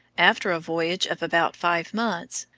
after a voyage of about five months,